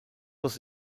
was